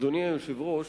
אדוני היושב-ראש,